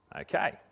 Okay